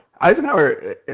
Eisenhower